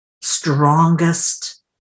strongest